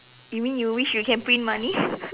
you mean you wish you can print money